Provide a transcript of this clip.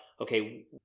okay